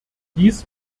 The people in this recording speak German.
dies